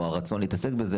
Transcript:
או הרצון להתעסק בזה